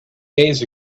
days